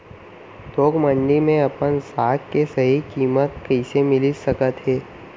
थोक मंडी में अपन साग के सही किम्मत कइसे मिलिस सकत हे?